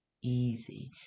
easy